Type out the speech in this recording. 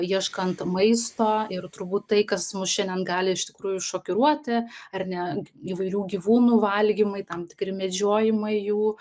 ieškant maisto ir turbūt tai kas mus šiandien gali iš tikrųjų šokiruoti ar ne įvairių gyvūnų valgymai tam tikri medžiojimai jų